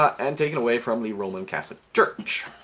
and taken away from the roman catholic church